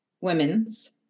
Women's